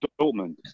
Dortmund